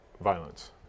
violence